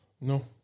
No